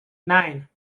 nine